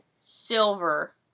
Silver